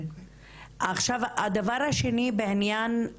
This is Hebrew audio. הדבר השני, בעניין